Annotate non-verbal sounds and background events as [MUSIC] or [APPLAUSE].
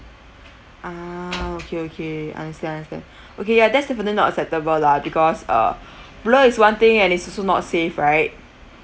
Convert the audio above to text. ah okay okay understand understand [BREATH] okay ya that's definitely not acceptable lah because uh [BREATH] blur is one thing and it's also not safe right